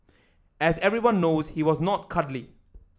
as everyone knows he was not cuddly